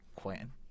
Quentin